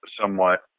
somewhat